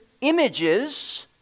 images